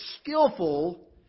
skillful